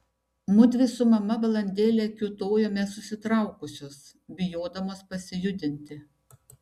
mudvi su mama valandėlę kiūtojome susitraukusios bijodamos pasijudinti